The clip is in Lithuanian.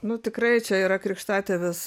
nu tikrai čia yra krikštatėvis